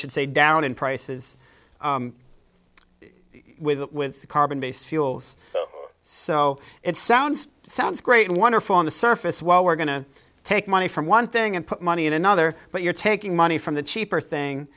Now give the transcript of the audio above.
should say down in prices with that with carbon based fuels so it sounds sounds great and wonderful on the surface while we're going to take money from one thing and put money in another but you're taking money from the cheaper thing